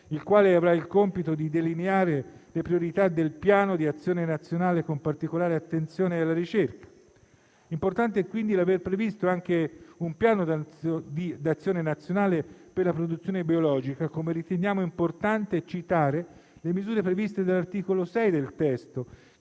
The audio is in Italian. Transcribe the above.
il quale avrà il compito di delineare le priorità del Piano di azione nazionale, con particolare attenzione alla ricerca. Importante è quindi l'aver previsto anche un Piano d'azione nazionale per la produzione biologica; come riteniamo importante citare le misure previste dall'articolo 6 del testo,